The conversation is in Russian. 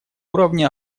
уровне